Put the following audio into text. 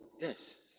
Yes